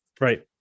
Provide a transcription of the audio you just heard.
right